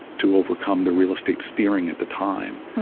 to overcome the real estate steering at the time.